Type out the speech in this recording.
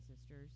sisters